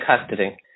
custody